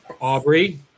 Aubrey